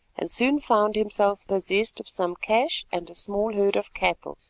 and soon found himself possessed of some cash and a small herd of cattle,